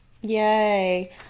Yay